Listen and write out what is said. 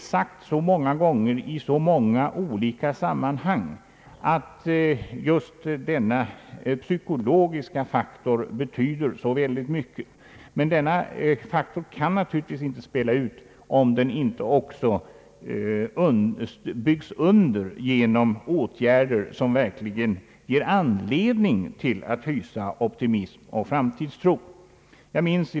Många gånger har i många olika sammanhang sagts att den psykologiska faktorn betyder mycket. Men denna faktor kan man naturligtvis inte spela ut om den inte också byggs under med åtgärder som verkligen ger anledning att hysa optimism och framtidstro.